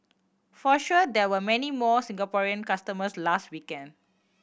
for sure there were many more Singaporean customers last weekend